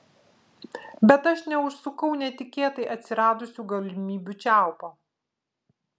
bet aš neužsukau netikėtai atsiradusių galimybių čiaupo